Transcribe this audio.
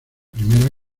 primera